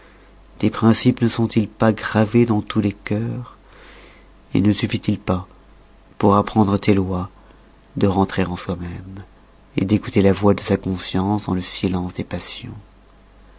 tes principes ne sont-ils pas gravés dans tous les cœurs ne suffit-il pas pour apprendre tes loix de rentrer en soi-même d'écouter la voix de sa conscience dans le silence des